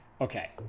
Okay